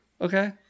okay